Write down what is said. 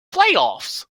playoffs